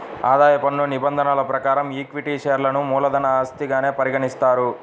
ఆదాయ పన్ను నిబంధనల ప్రకారం ఈక్విటీ షేర్లను మూలధన ఆస్తిగానే పరిగణిస్తారు